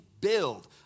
Build